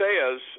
says